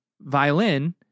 violin